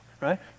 right